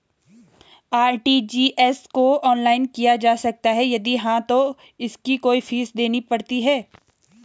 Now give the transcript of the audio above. RTGS को online किया जा सकता है यदि हाँ तो इसकी कोई फीस देनी पड़ती है?